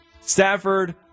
Stafford